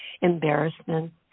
embarrassment